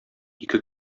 ике